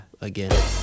Again